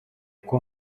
kuko